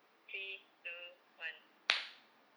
three two one